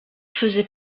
faisait